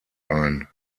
ein